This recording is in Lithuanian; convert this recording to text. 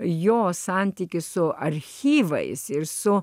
jo santykį su archyvais ir su